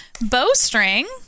bowstring